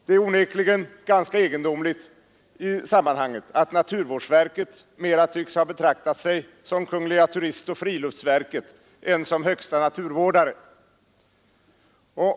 Det är onekligen ganska egendomligt i sammanhanget att naturvårdsverket mera tycks ha betraktat sig som kungl. turistoch friluftsverket än som högsta naturvårdare.